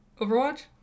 overwatch